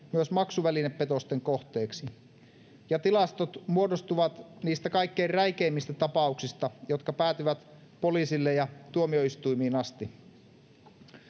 myös maksuvälinepetosten kohteeksi ja tilastot muodostuvat niistä kaikkein räikeimmistä tapauksista jotka päätyvät poliisille ja tuomioistuimiin asti